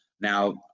Now